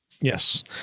Yes